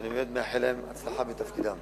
ואני באמת מאחל להם הצלחה בתפקידם.